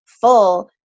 full